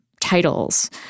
titles